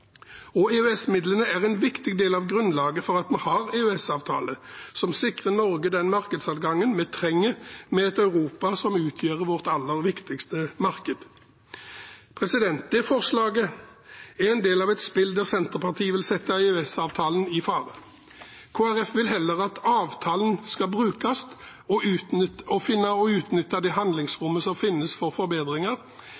er en viktig del av grunnlaget for at vi har EØS-avtalen, som sikrer Norge den markedsadgangen vi trenger til et Europa som utgjør vårt aller viktigste marked. Dette forslaget er en del av et spill der Senterpartiet vil sette EØS-avtalen i fare. Kristelig Folkeparti vil heller at avtalen skal brukes